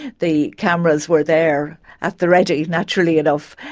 the cameras were there at the ready, naturally enough,